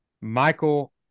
Michael